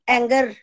Anger